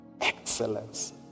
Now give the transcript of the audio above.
excellence